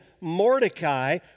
Mordecai